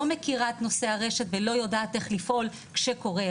לא מכירה את נושא הרשת ולא יודעת איך לפעול כשקורה אירוע.